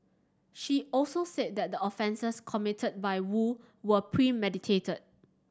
she also said that the offences committed by Woo were premeditated